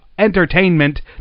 entertainment